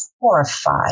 horrified